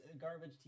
garbage